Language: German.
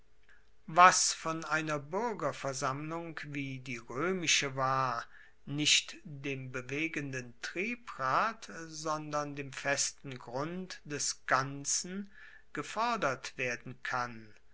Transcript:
was von einer buergerversammlung wie die roemische war nicht dem bewegenden triebrad sondern dem festen grund des ganzen gefordert werden kann